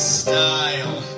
style